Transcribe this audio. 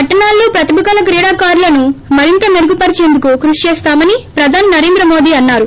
పట్టణాల్లో ప్రతిభ గల క్రీడాకారులను మరింత మేరుగుపరచేందుకు కృషి చేస్తామని ప్రధాని నరేంద్ర మోదీ అన్నారు